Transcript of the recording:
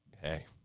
hey